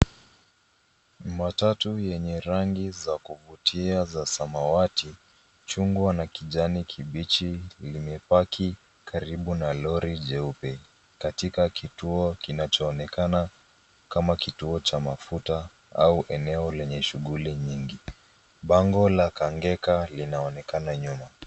Matatu yenye rangi za kuvutia za samawati, chungwa na kijani kibichi limepaki karibu na lori jeupe katika kituo kinachoonekana kama kituo cha mafuta au eneo lenye shughuli nyingi. Bango la Kangeka linaonekana nyuma.